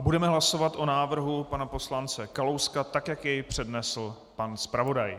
Budeme hlasovat o návrhu pana poslance Kalouska tak, jak je přednesl pan zpravodaj.